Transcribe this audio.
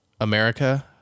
America